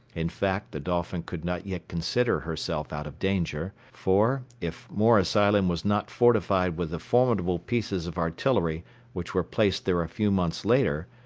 in fact, the dolphin could not yet consider herself out of danger for, if morris island was not fortified with the formidable pieces of artillery which were placed there a few months later,